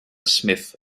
smith